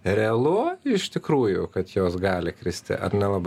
realu iš tikrųjų kad jos gali kristi ar nelabai